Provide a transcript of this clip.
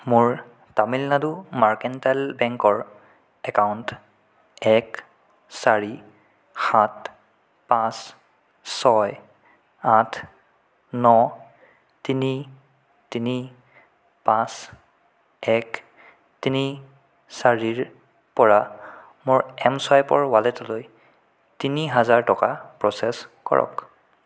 মোৰ তামিলনাডু মাৰ্কেণ্টেল বেংকৰ একাউণ্ট এক চাৰি সাত পাঁচ ছয় আঠ ন তিনি তিনি পাঁচ এক তিনি চাৰিৰ পৰা মোৰ এম চুৱাইপৰ ৱালেটলৈ তিনি হাজাৰ টকা প্ৰচেছ কৰক